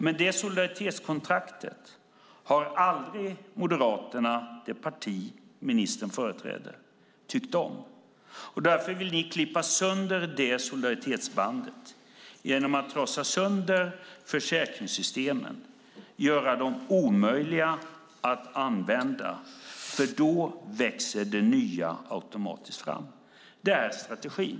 Detta solidaritetskontrakt har Moderaterna, det parti ministern företräder, aldrig tyckt om. Ni vill klippa av solidaritetsbandet genom att trasa sönder försäkringssystemen och göra dem omöjliga att använda. Då växer det nya automatiskt fram. Det är er strategi.